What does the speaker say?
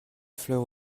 fleurs